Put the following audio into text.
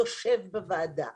יושב בוועדה.